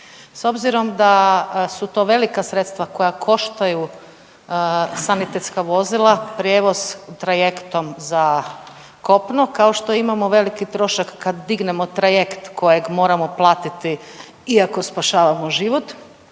S obzirom da su to velika sredstva koja koštaju sanitetska vozila prijevoz trajektom za kopno, kao što imamo veliki trošak kad dignemo trajekt kojeg moramo platiti iako spašavamo život,